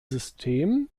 system